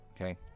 okay